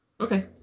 Okay